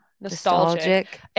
Nostalgic